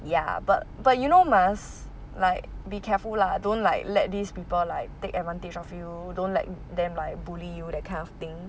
ya but but you know must like be careful lah don't like let these people like take advantage of you don't let them like bully you that kind of thing